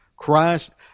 Christ